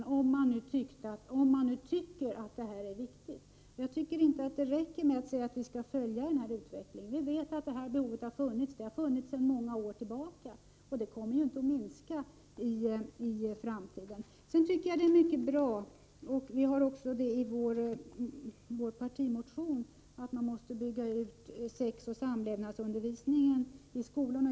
Det bör man göra om man nu tycker att det här är viktigt. Jag tycker inte att det räcker med att säga att vi skall följa utvecklingen. Vi vet att det här behovet finns — det har funnits i många år, och det kommer inte att minska i framtiden. Sedan tycker jag att det är mycket bra — det föreslår vi också i vår partimotion — att man måste bygga ut sexoch samlevnadsundervisningen i skolorna.